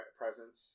presence